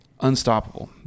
unstoppable